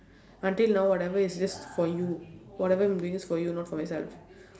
until now whatever is just for you whatever I'm doing is for you not for myself